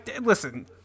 listen